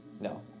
No